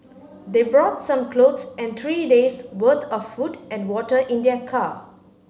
they brought some clothes and three days' worth of food and water in their car